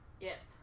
Yes